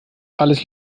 alles